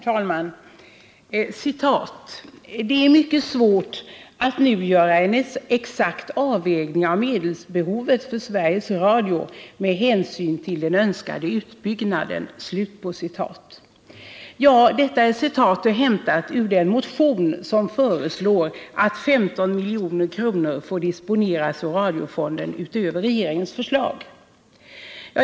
Herr talman! ”Det är mycket svårt att nu göra en exakt avvägning av medelsbehovet för Sveriges Radio med hänsyn till den önskade utbyggnaden.” Det är ett citat ur den motion som föreslår att 15 milj.kr. får disponeras ur radiofonden utöver regeringens förslag.